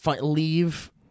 leave